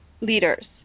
leaders